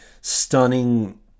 stunning